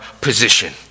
position